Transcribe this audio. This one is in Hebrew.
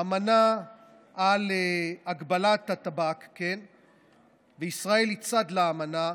האמנה על הגבלת הטבק, וישראל היא צד לאמנה,